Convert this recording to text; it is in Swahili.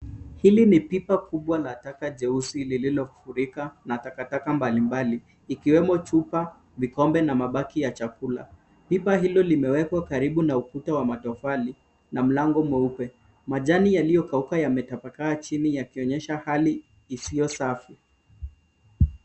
Hili ni pipa kubwa la taka jeusi lililofurika na takataka mbalimbali ikiwemo chupa, vikombe na mabaki ya chakula. Pipa hilo limewekwa karibu na ukuta wa matofali na mlango mweupe. Majani yaliyokauka yametapakaa chini yakionyesha hali isiyo safi.